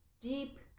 deep